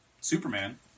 Superman